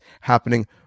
happening